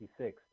1966